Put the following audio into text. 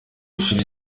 ishuri